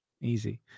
Easy